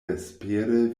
vespere